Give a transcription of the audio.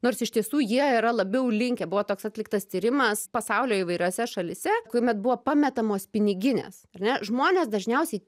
nors iš tiesų jie yra labiau linkę buvo toks atliktas tyrimas pasaulio įvairiose šalyse kuomet buvo pametamos piniginės ar ne žmonės dažniausiai